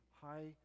high